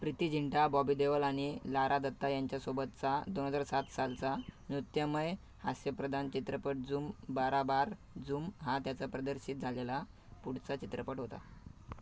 प्रीती झिंटा बॉबी देवल आणि लारा दत्ता यांच्यासोबतचा दोन हजार सात सालचा नृत्यमय हास्यप्रधान चित्रपट झुम बरा बर झुम हा त्याचा प्रदर्शित झालेला पुढचा चित्रपट होता